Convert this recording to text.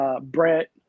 Brett